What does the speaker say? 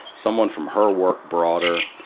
someone from her work brought her.